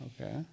Okay